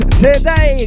today